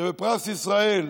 שבפרס ישראל בנאום,